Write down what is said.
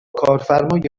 کارفرمای